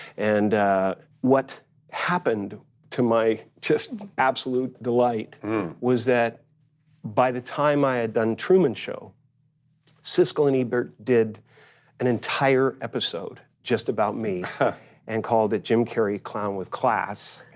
and what happened to my just absolute delight was that by the time i had done truman show siskel and ebert did an entire episode just about me and called it jim carrey, clown with class.